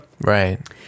Right